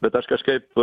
bet aš kažkaip